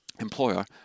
employer